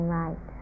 right